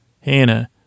Hannah